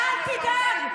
מחר זה, אבל אל תדאג,